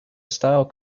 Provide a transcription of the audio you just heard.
style